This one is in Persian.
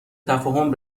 تفاهم